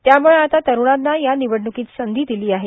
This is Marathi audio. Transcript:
त्यामुळं आता तस्णांना या निवडणुकीत संघी दिली आहे